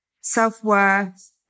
self-worth